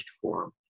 form